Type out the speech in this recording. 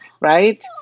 right